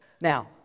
Now